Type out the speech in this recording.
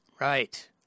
Right